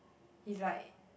he's like